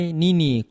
nini